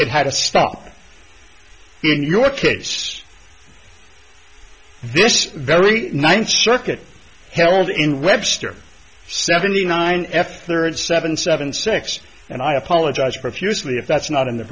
it had to stop in your case this very ninth circuit held in webster seventy nine f third seven seven six and i apologize profusely if that's not in the